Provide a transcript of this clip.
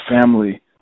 family